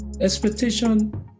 Expectation